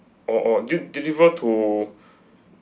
oh oh del~ deliver to